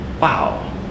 wow